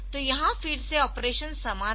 तो यहाँ फिर से ऑपरेशन समान है